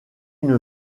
une